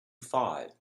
five